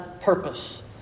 purpose